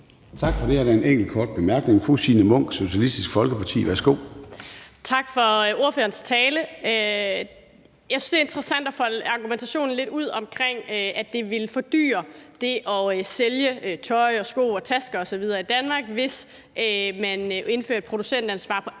tale. Jeg synes, det er interessant at folde argumentationen om, at det ville fordyre det at sælge tøj, sko, tasker osv. i Danmark, hvis man indførte et producentansvar på alle